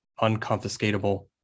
unconfiscatable